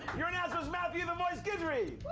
your announcer was matthew the voice guidry!